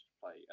play